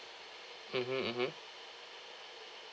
mmhmm mmhmm